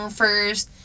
first